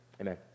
Amen